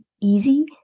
easy